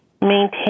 maintain